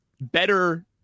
better